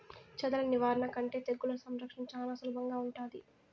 చెదల నివారణ కంటే తెగుళ్ల సంరక్షణ చానా సులభంగా ఉంటాది